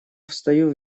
встаю